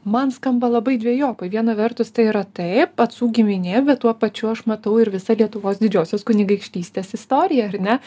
man skamba labai dvejopai viena vertus tai yra taip pacų giminė bet tuo pačiu aš matau ir visą lietuvos didžiosios kunigaikštystės istoriją ar ne